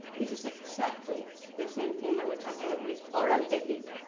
this is exactly the same thing that we have with oral epic,